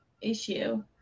issue